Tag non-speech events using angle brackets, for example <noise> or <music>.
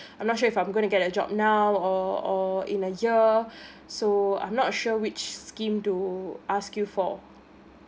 I'm not sure if I'm gonna get a job now or or in a year <breath> so I'm not sure which scheme to ask you for